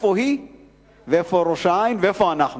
תראו איפה היא ואיפה ראש-העין ואיפה אנחנו.